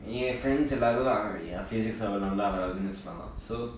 என்:yen friends எல்லாரும்:ellarum uh physics அவளொ நல்லா வராதுனு சொல்லலாம்:avalo nalla varaathunu sollalaam so